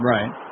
Right